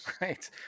Right